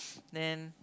then